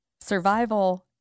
Survival